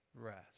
rest